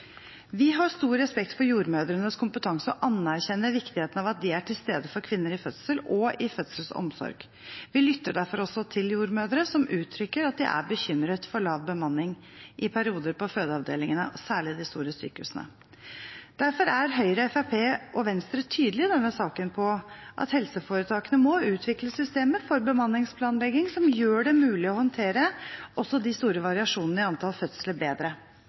Vi har stor respekt for jordmødrenes kompetanse og anerkjenner viktigheten av at de er til stede for kvinner i fødsel og i fødselsomsorg. Vi lytter derfor også til jordmødre som uttrykker at de er bekymret for lav bemanning i perioder på fødeavdelingene, særlig de store sykehusene. Derfor er Høyre, Fremskrittspartiet og Venstre tydelige i denne saken på at helseforetakene må utvikle systemer for bemanningsplanlegging som gjør det mulig å håndtere bedre også de store variasjonene i antall fødsler.